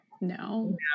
No